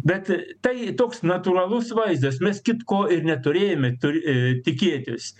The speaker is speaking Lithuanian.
bet tai toks natūralus vaizdas mes kitko ir neturėjome tur tikėtis